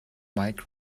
mike